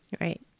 Right